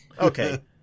Okay